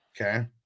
Okay